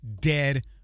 dead